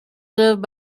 served